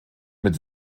mit